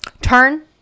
turn